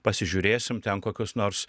pasižiūrėsim ten kokius nors